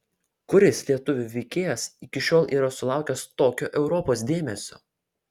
kuris lietuvių veikėjas iki šiol yra sulaukęs tokio europos dėmesio